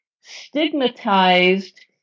stigmatized